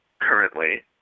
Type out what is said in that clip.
currently